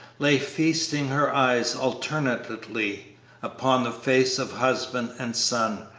lay feasting her eyes alternately upon the face of husband and son,